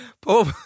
Paul